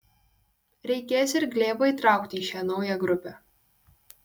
reikės ir glėbą įtraukti į šią naują grupę